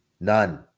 None